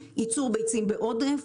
ייצור ביצים בעודף,